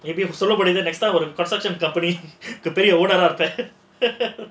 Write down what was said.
if you've celebrated next time would have construction companies to பெரிய:periya owner